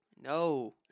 No